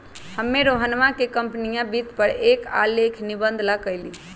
हम्मे रोहनवा के कंपनीया वित्त पर एक आलेख निबंध ला कहली